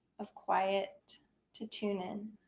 of quiet to tune in.